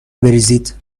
بریزید